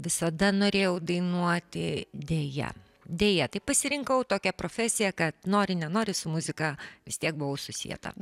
visada norėjau dainuoti deja deja tai pasirinkau tokią profesiją kad nori nenori su muzika vis tiek buvau susieta